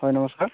হয় নমস্কাৰ